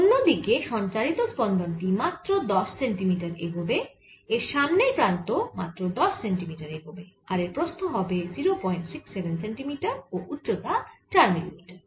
অন্য দিকে সঞ্চারিত স্পন্দন টি মাত্র 10 সেন্টিমিটার এগোবে এর সামনের প্রান্ত মাত্র 10 সেন্টিমিটার এগোবে আর এর প্রস্থ হবে 067 সেন্টিমিটার ও উচ্চতা 4 মিলিমিটার